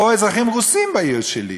או אזרחים רוסים בעיר שלי.